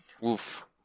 Woof